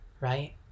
right